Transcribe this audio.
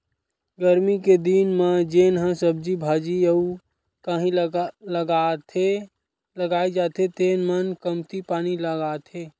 गरमी के दिन म जेन ह सब्जी भाजी अउ कहि लगाए जाथे तेन म कमती पानी लागथे